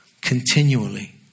continually